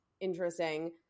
interesting